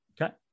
Okay